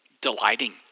Delighting